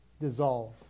dissolve